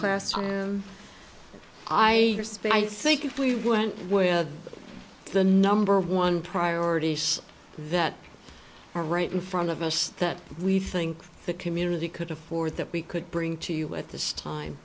class i think if we went with the number one priorities that are right in front of us that we think the community could afford that we could bring to you at this time